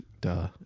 Duh